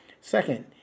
Second